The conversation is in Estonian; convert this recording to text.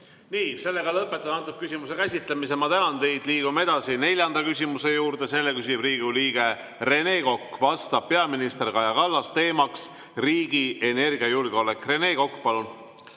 tänan teid! Lõpetan selle küsimuse käsitlemise. Ma tänan teid! Liigume edasi neljanda küsimuse juurde. Selle küsib Riigikogu liige Rene Kokk, vastab peaminister Kaja Kallas. Teema on riigi energiajulgeolek. Rene Kokk, palun!